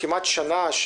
אין ועדות כבר שנה.